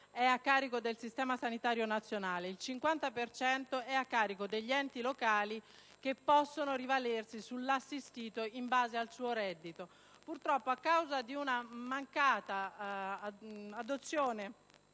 è a carico del Sistema sanitario nazionale, l'altro 50 per cento è a carico degli enti locali, che possono rivalersi sull'assistito in base al suo reddito. Purtroppo, a causa della mancata adozione